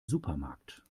supermarkt